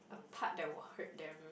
a part that will hurt them